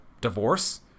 divorce